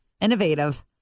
Innovative